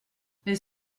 les